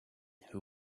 who